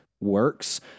works